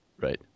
Right